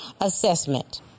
assessment